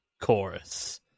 chorus